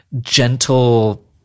gentle